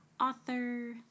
author